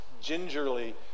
gingerly